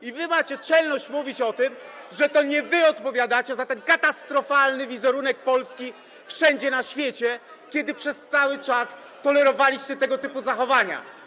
I wy macie czelność mówić o tym, że to nie wy odpowiadacie za ten katastrofalny wizerunek Polski wszędzie na świecie, skoro przez cały czas tolerowaliście tego typu zachowania?